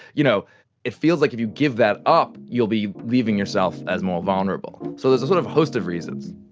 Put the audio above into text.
you know it feels like if you give that up, you will be leaving yourself more vulnerable. so there is a sort of host of reasons.